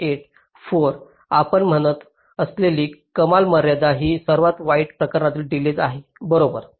4 आपण म्हणत असलेली कमाल मर्यादा ही सर्वात वाईट प्रकरणातील डिलेज आहे बरोबर